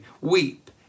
weep